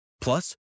Plus